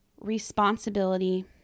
responsibility